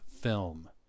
film